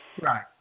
Right